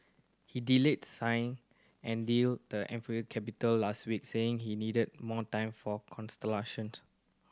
he delayed signing and deal the Ethiopian capital last week saying he needed more time for consultations